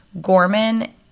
Gorman